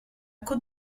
côte